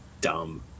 dumb